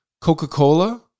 Coca-Cola